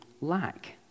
lack